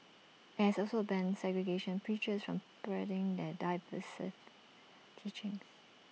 IT has also banned segregationist preachers from spreading their divisive teachings